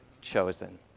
chosen